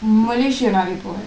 malaysia நிறைய போவேன்:niraiya poven